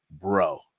bro